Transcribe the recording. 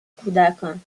کودکان